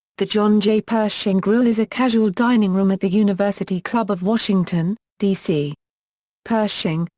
the john j. pershing grille is a casual dining room at the university club of washington, dc. pershing,